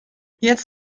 jetzt